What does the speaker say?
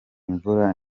imvura